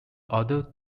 other